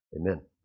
Amen